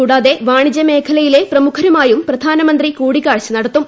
കൂടാതെ വാണിജ്യമേഖലയിലെ പ്രമുഖരുമായും പ്രധാനമന്ത്രി കൂടിക്കാഴ്ച നടത്തും